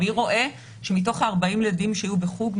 מי רואה שמתוך 40 הילדים שהיו בחוג,